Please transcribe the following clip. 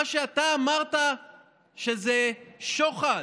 מה שאתה אמרת שזה שוחד,